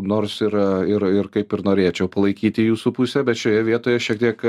nors ir ir ir kaip ir norėčiau palaikyti jūsų pusę bet šioje vietoje šiek tiek